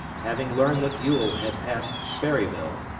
having learned that ewell had passed sperryville,